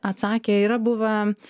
atsakė yra buvę